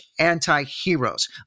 antiheroes